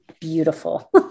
beautiful